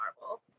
Marvel